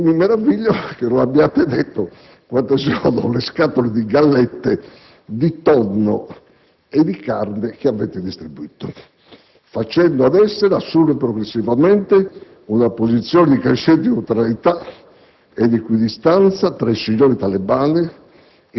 e mi meraviglio che non abbiate detto quante sono le scatole di gallette di tonno e di carne che avete distribuito), facendo ad esse, assumere progressivamente una posizione di crescente neutralità ed equidistanza tra i signori talebani,